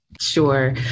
Sure